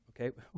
Okay